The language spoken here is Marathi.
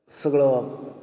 सगळं